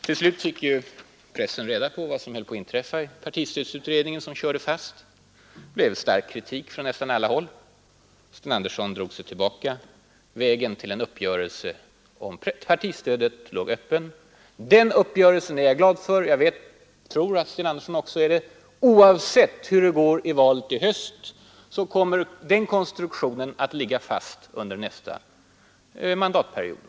Till slut fick pressen reda på vad som höll på att inträffa i partistödsutredningen, som kört fast. Det blev stark kritik från nästan alla håll, Sten Andersson drog sig tillbaka och vägen till en uppgörelse om partistödet låg öppen. Den uppgörelsen är jag glad för, och jag tror att Sten Andersson också är det. Oavsett hur det går i valet i höst kommer den nya konstruktionen att ligga fast under nästa mandatperiod.